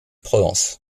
provence